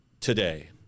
today